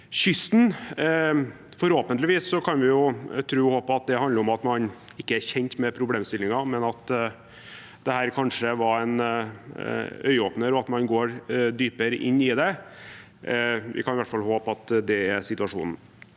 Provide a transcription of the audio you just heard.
kysten. Vi får tro og håpe at det handler om at man ikke er kjent med problemstillingen, at dette kanskje var en øyeåpner, og at man vil gå dypere inn i det. Vi får i hvert fall håpe at det er situasjonen.